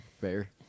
Fair